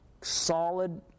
solid